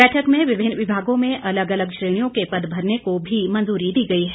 बैठक में विभिन्न विभागों में अलग अलग श्रेणियों के पद भरने को भी मंजूरी दी गई है